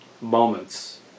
moments